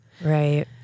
right